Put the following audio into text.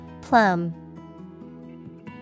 Plum